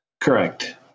Correct